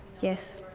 yes.